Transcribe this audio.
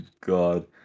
God